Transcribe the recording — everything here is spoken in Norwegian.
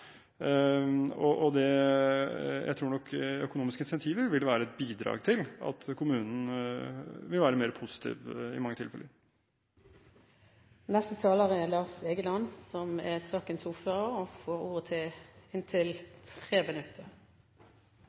og jeg tror nok økonomiske incentiver vil være et bidrag til at kommunene vil være mer positive i mange tilfeller.